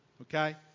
okay